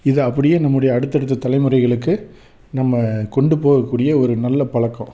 இது அப்படியே நம்முடைய அடுத்தடுத்த தலைமுறைகளுக்கு நம்ம கொண்டு போகக்கூடிய ஒரு நல்ல பழக்கோம்